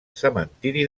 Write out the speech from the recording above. cementiri